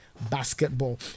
basketball